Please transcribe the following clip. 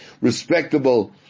respectable